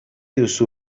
duzu